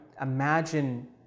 imagine